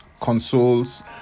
consoles